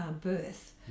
birth